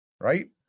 right